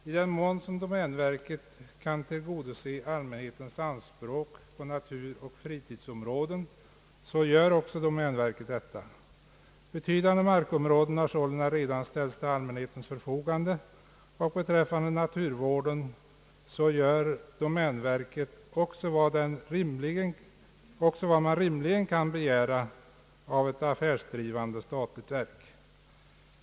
I den mån som domänverket kan tillgodose allmänhetens anspråk på naturoch fritidsområden så gör också domänverket detta. Betydande markområden har således redan ställts till allmänhetens förfogande, och beträffande naturvården gör domänverket också vad man rimligen kan begära av ett affärsdrivande statligt verk.